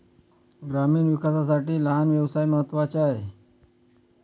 ग्रामीण विकासासाठी लहान व्यवसाय महत्त्वाचा आहे